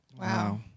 Wow